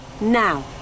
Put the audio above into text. Now